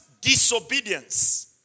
disobedience